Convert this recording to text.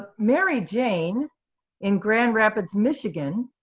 mary jane in grand rapids, michigan,